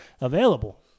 available